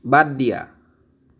বাদ দিয়া